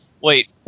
Wait